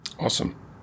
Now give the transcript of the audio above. Awesome